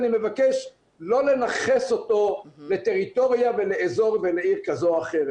אני מבקש לא לנכס אותו לטריטוריה ולאזור ולעיר כזו או אחרת.